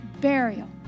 burial